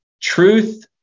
Truth